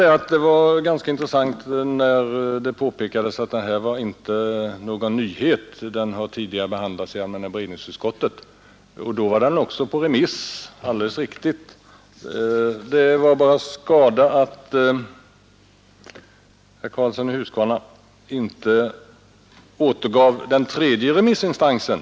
Det var ett ganska intressant påpekande att denna fråga inte är ny. Det är riktigt att den tidigare behandlats i allmänna beredningsutskottet och då också var ute på remiss. Alldeles riktigt. Det var bara skada att herr Karlsson i Huskvarna inte återgav den tredje remissinstansen.